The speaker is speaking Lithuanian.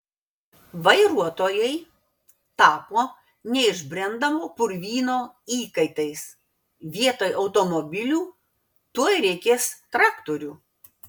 vairuotojai tapo neišbrendamo purvyno įkaitais vietoj automobilių tuoj reikės traktorių